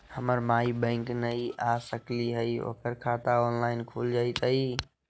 हमर माई बैंक नई आ सकली हई, ओकर खाता ऑनलाइन खुल जयतई?